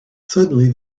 suddenly